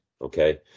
okay